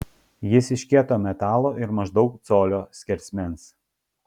jis iš kieto metalo ir maždaug colio skersmens